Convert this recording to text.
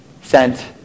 sent